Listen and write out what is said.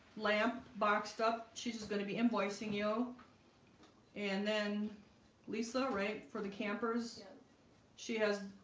lamp boxed up. she's just gonna be invoicing you and then lisa right for the campers she has